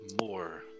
more